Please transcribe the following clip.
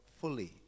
fully